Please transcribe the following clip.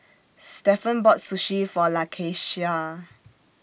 Stephen bought Sushi For Lakeisha